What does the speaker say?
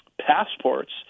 passports